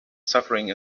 suffering